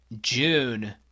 June